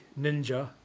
ninja